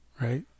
right